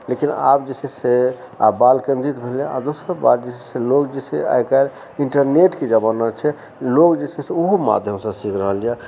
लेकिन आब जे छै से आब बाल केन्द्रित भए गेलै आओर दोसर बात जे छै लोक जे छै आइ काल्हि इंटरनेटके जमाना छै लोक जे छै से ओहू माध्यमसँ सीख रहल यऽ